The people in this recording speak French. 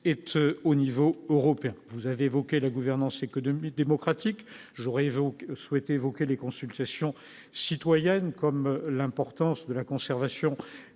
être au niveau européen, vous avez évoqué la gouvernance économique démocratique j'aurais je souhaitais évoquer des consultations citoyennes comme l'importance de la conservation D vidéo